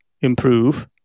improve